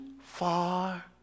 far